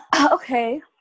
okay